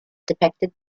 depicted